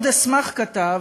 מאוד אשמח, כתב,